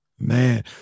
Man